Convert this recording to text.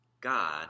God